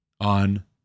on